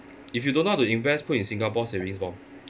if you don't know how to invest put in Singapore savings bond